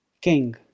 king